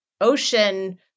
ocean